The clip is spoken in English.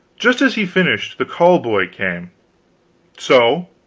just as he finished, the call-boy came so,